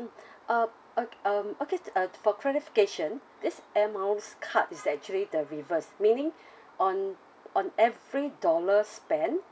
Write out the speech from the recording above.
mm uh uh um okay uh for clarification this air miles card is actually the reverse meaning on on every dollar spent